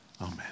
Amen